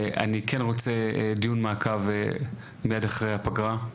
אני כן רוצה דיון מעקב מייד אחרי הפגרה,